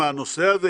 הנושא הזה,